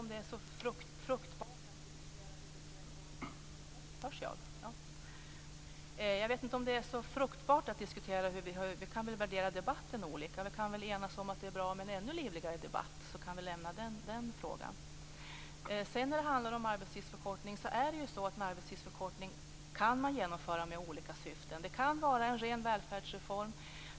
Herr talman! Jag vet inte om det är så fruktbart att diskutera det här. Vi kanske värderar debatten olika. Vi kan väl enas om att det är bra med en ännu livligare debatt, så kan vi lämna den frågan. Man kan genomföra en arbetstidsförkortning med olika syften. Det kan vara en ren välfärdsreform.